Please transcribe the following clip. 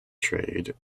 trade